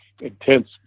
intense